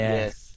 Yes